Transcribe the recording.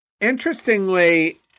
interestingly